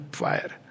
fire